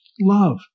love